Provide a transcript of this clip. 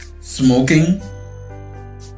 smoking